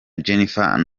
jennifer